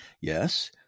Yes